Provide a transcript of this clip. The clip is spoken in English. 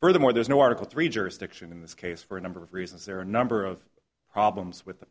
furthermore there's no article three jurisdiction in this case for a number of reasons there are a number of problems with the